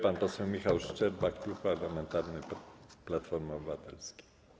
Pan poseł Michał Szczerba, klub parlamentarny Platformy Obywatelskiej.